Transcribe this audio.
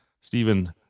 stephen